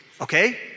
Okay